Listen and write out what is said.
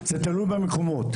זה תלוי במקומות.